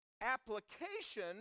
application